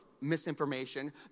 misinformation